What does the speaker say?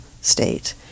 state